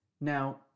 now